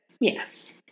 Yes